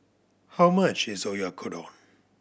how much is Oyakodon